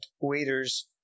waiters